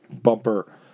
bumper